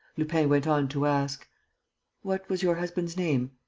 lupin went on to ask what was your husband's name?